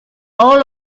all